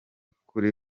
kuri